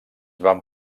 van